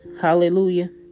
Hallelujah